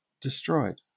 destroyed